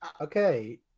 okay